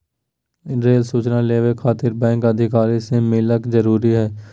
Rail सूचना labour खातिर bank अधिकारी से मिलक जरूरी है?